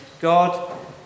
God